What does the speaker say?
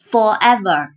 Forever